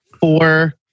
four